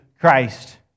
Christ